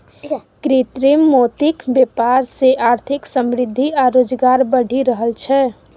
कृत्रिम मोतीक बेपार सँ आर्थिक समृद्धि आ रोजगार बढ़ि रहल छै